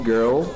Girl